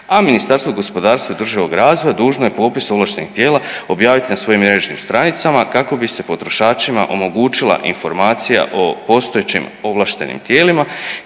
a Ministarstvo gospodarstva i održivog razvoja dužno je popis ovlaštenih tijela objaviti na svojim mrežnim stranicama kako bi se potrošačima omogućila informacija o postojećim ovlaštenim tijelima